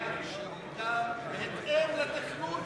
בית שהוקם בהתאם לתכנון,